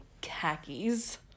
khakis